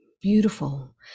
beautiful